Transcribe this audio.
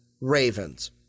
Ravens